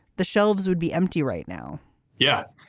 the shelves would be empty right now yeah,